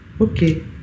okay